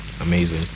Amazing